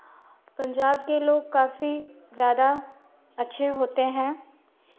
पंजाब के लोग काफी ज़्यादा अच्छे होते हैं